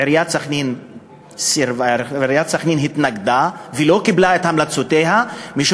עיריית סח'נין התנגדה ולא קיבלה את המלצותיה של ועדת הגבולות הזאת,